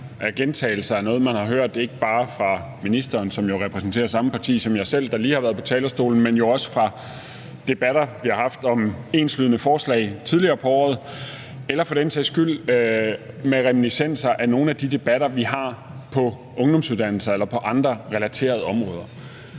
er gentagelser af noget, man har hørt før. Og ikke bare fra ministeren, som jo repræsenterer samme parti som jeg selv, og som jo lige har været på talerstolen, men også fra debatter, vi har haft om enslydende forslag tidligere på året, eller for den sags skyld reminiscenser fra nogle af de debatter, vi har om ungdomsuddannelser eller andre relaterede områder.